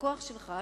הלקוח שלך,